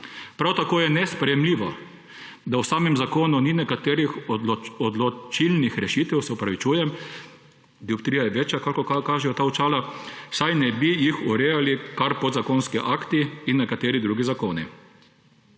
Prav tako je nesprejemljivo, da v samem zakonu ni nekaterih odločilnih rešitev – se opravičujem, dioptrija je večja kakor kažejo ta očala –, saj naj bi jih urejali kar podzakonski akti in nekaterih drugi zakoni.